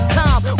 time